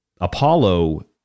Apollo